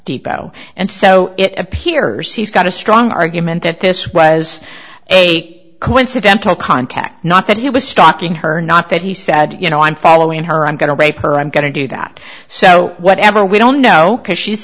depot and so it appears he's got a strong argument that this was a coincidental contact not that he was stalking her not that he said you know i'm following her i'm going to rape her i'm going to do that so whatever we don't know because she's